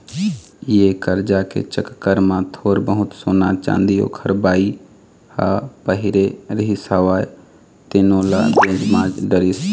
ये करजा के चक्कर म थोर बहुत सोना, चाँदी ओखर बाई ह पहिरे रिहिस हवय तेनो ल बेच भांज डरिस